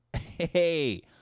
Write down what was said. hey